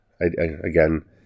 Again